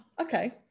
Okay